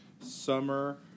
Summer